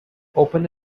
open